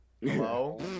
Hello